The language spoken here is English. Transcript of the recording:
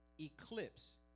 eclipse